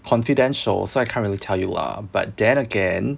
confidential so I can't really tell you lah but then again